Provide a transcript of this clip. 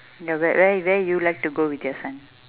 no wh~ where where you would like to go with your son